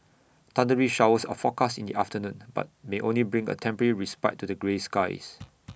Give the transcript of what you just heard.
thundery showers are forecast in the afternoon but may only bring A temporary respite to the grey skies